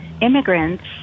immigrants